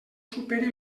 superi